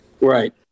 Right